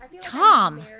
Tom